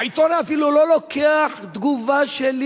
העיתונאי אפילו לא לוקח תגובה שלי,